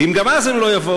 ואם גם אז הם לא יבואו,